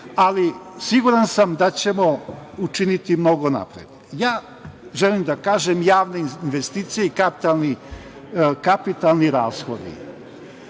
ali siguran sam da ćemo učiniti mnogo napred. Želim da kažem za javne investicije i kapitalne rashode,